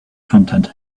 content